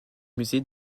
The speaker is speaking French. musée